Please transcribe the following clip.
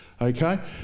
Okay